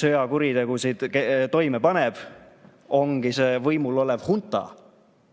sõjakuritegusid toime paneb, ongi see võimul olev hunta,